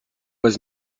was